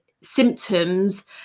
symptoms